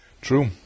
True